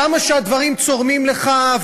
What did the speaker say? כמה שהדברים צורמים לך,